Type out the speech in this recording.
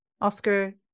Oscar